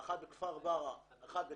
האחת בכפר ברא, השנייה בקלנסווה.